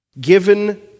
given